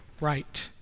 right